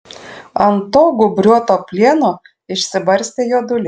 ant to gūbriuoto plieno išsibarstę juoduliai